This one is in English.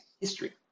history